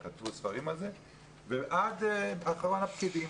ועד אחרון הפקידים.